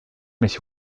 mich